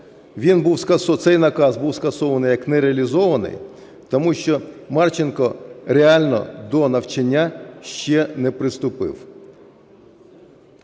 Цей наказ був скасований як нереалізований, тому що Марченко реально до навчання ще не приступив.